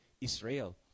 Israel